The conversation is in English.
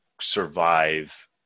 survive